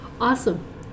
Awesome